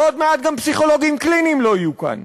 ועוד מעט גם פסיכולוגים קליניים לא יהיו כאן.